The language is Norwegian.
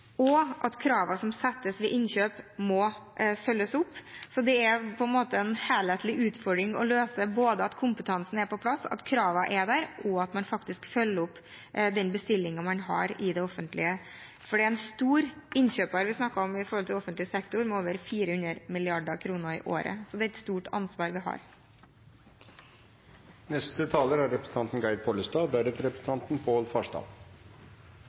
og at kravene som settes ved innkjøp, må følges opp. Det er en helhetlig utfordring å løse både at kompetansen er på plass, at kravene er der, og at man faktisk følger opp den bestillingen man har i det offentlige, for det er en stor innkjøper vi snakker om når det gjelder offentlig sektor, med over 400 mrd. kr i året, så det er et stort ansvar vi